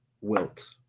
wilt